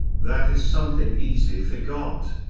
that is something easy for god.